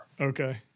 Okay